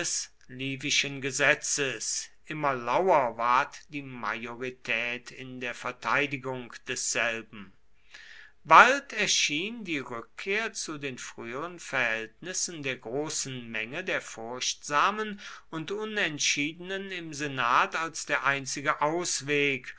livischen gesetzes immer lauer ward die majorität in der verteidigung desselben bald erschien die rückkehr zu den früheren verhältnissen der großen menge der furchtsamen und unentschiedenen im senat als der einzige ausweg